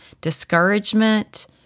discouragement